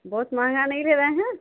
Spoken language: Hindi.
बहुत महँगा नहीं ले रहे हैं